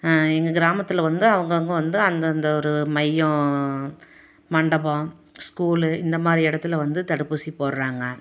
எங்கள் கிராமத்தில் வந்து அவங்கவுங்க வந்து அந்தந்த ஒரு மையம் மண்டபம் ஸ்கூல் இந்த மாதிரி இடத்துல வந்து தடுப்பூசி போடுறாங்க